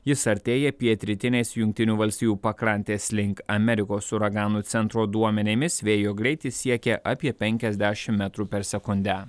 jis artėja pietrytinės jungtinių valstijų pakrantės link amerikos uraganų centro duomenimis vėjo greitis siekia apie penkiasdešim metrų per sekundę